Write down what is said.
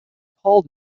paul